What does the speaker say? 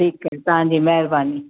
ठीकु आहे तव्हांजी महिरबानी